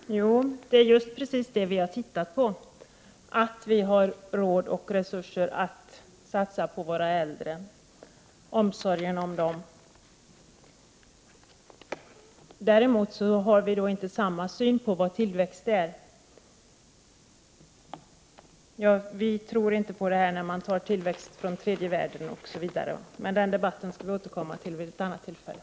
Fru talman! Jo, det är just precis det vi har tittat på, att vi har råd och resurser att satsa på omsorgen om våra äldre. Däremot har vi inte samma syn som Daniel Tarschys på vad tillväxt är. Vi tror inte på en ordning där man tar tillväxt från tredje världens knappa resurser. Men den debatten skall vi återkomma till vid ett annat tillfälle.